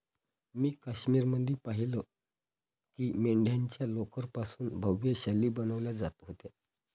मी काश्मीर मध्ये पाहिलं की मेंढ्यांच्या लोकर पासून भव्य शाली बनवल्या जात होत्या